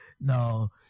no